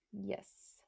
Yes